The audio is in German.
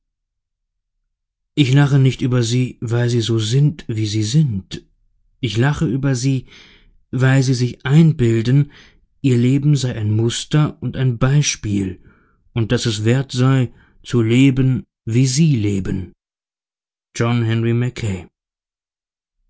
ich lache nicht über sie weil sie so sind wie sie sind ich lache über sie weil sie sich einbilden ihr leben sei ein muster und ein beispiel und daß es wert sei zu leben wie sie leben john henry